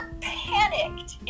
panicked